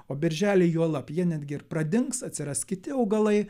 o birželį juolab jie netgi ir pradings atsiras kiti augalai